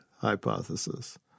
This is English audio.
hypothesis